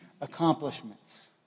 accomplishments